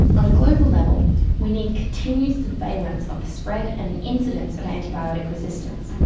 on a global level we need continued surveillance of the spread and the incidence of antibiotic resistance,